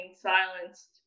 silenced